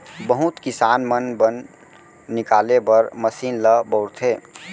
बहुत किसान मन बन निकाले बर मसीन ल बउरथे